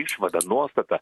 išvada nuostata